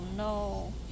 No